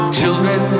children